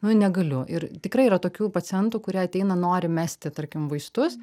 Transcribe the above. nu negaliu ir tikrai yra tokių pacientų kurie ateina nori mesti tarkim vaistus